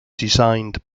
designed